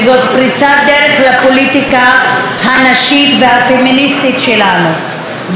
וזאת פריצת דרך לפוליטיקה הנשית והפמיניסטית שלנו.